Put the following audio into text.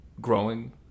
growing